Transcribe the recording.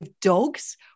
dogs